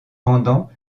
pendant